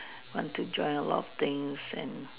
want to join a lot of things and